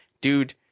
dude